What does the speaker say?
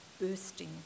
bursting